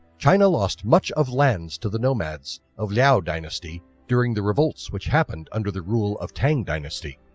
china lost much of lands to the nomads of liao dynasty during the revolts which happened under the rule of tang dynasty.